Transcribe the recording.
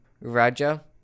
Raja